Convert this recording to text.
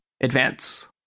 Advance